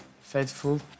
faithful